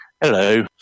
Hello